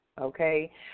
Okay